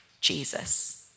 Jesus